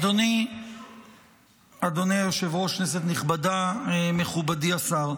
אדוני היושב-ראש, כנסת נכבדה, מכובדי השר,